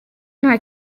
nta